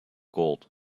gold